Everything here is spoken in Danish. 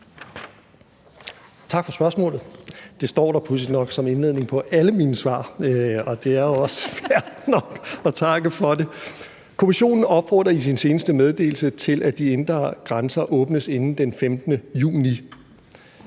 Tak for spørgsmålet. Det står der pudsigt nok som indledning på alle mine svar, og det er jo også fair nok at takke for det. Kommissionen opfordrer i sin seneste meddelelse til, at de indre grænser åbnes inden den 15. juni.